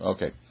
Okay